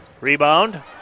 Rebound